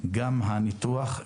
גם הניתוח,